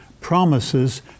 promises